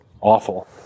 awful